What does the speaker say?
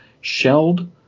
shelled